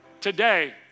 Today